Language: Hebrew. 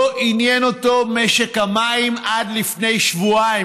לא עניין אותו משק המים עד לפני שבועיים.